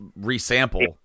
resample